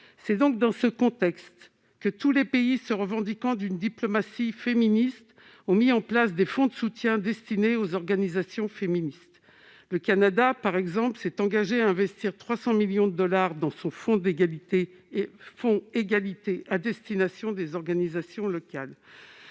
C'est donc dans ce contexte que tous les pays se revendiquant d'une diplomatie féministe ont mis en place des fonds de soutien destinés aux organisations féministes. Le Canada, par exemple, s'est engagé à investir 300 millions de dollars dans son « Fonds égalité » à destination des organisations locales.